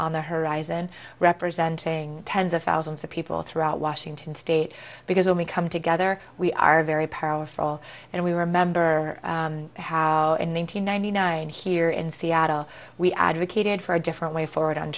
on the horizon representing tens of thousands of people throughout washington state because when we come together we are very powerful and we remember how in one nine hundred ninety nine here in seattle we advocated for a different way forward on